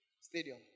stadium